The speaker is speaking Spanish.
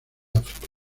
áfrica